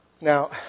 Now